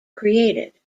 created